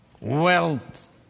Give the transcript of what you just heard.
wealth